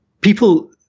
People